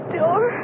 door